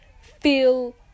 feel